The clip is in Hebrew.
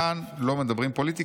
'כאן לא מדברים פוליטיקה',